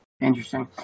Interesting